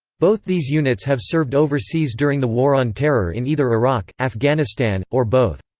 both these units have served overseas during the war on terror in either iraq, afghanistan, or both.